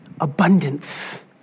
abundance